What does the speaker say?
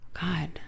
God